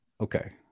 Okay